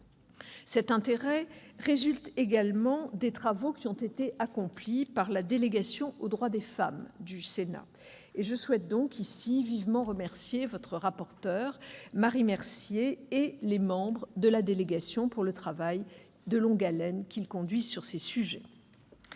Cet intérêt résulte également des travaux accomplis par la délégation aux droits des femmes du Sénat. Je souhaite donc ici vivement remercier votre rapporteur, Marie Mercier, et les membres de la délégation, du travail de longue haleine qu'ils réalisent sur ces sujets.